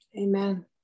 amen